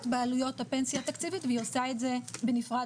בעלויות הפנסיה התקציבית והיא עושה את זה בנפרד